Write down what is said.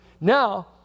Now